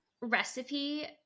recipe